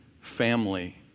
family